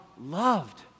loved